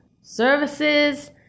services